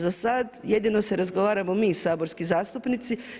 Za sad jedino se razgovaramo mi saborski zastupnici.